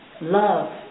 love